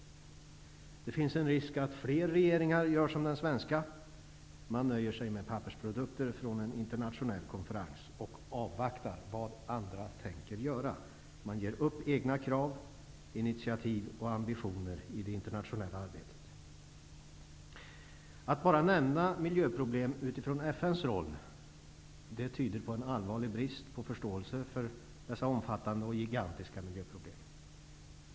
Det finns en risk att fler regeringar gör som den svenska. Man nöjer sig med pappersprodukter från en internationell konferens och avvaktar vad andra tänker göra. Man ger upp egna krav, initiativ och ambitioner i det internationella arbetet. Att bara nämna miljöproblem utifrån FN:s roll tyder på en allvarlig brist på förståelse för dessa omfattande och gigantiska problem.